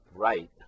right